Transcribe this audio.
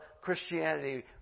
Christianity